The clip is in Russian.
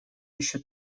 еще